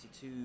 Two